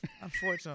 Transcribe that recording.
unfortunately